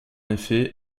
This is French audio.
effet